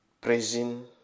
praising